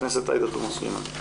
חברת הכנסת עאידה תומא סלימאן.